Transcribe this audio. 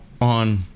on